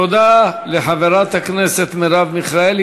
תודה לחברת הכנסת מרב מיכאלי.